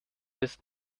ist